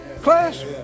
class